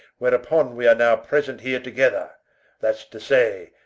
whereupon we are now present heere together that's to say,